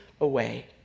away